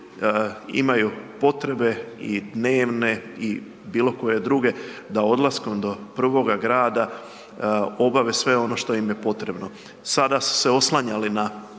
imaju potrebe i dnevne i bilo koje druge da odlaskom do prvoga grada obave sve ono što im je potrebno. Sada su se oslanjali na